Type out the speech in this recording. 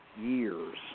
years